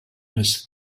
has